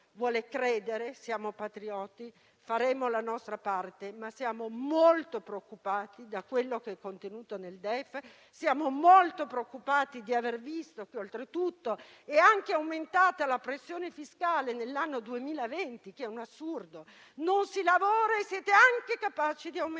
vuole credere. Siamo patrioti, faremo la nostra parte, ma siamo molto preoccupati da ciò che è contenuto nel DEF. Siamo molto preoccupati di aver visto che, oltretutto, è aumentata la pressione fiscale nell'anno 2020, che è un'assurdità: non si lavora e siete anche capaci di aumentare